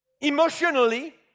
emotionally